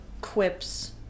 quips